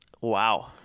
Wow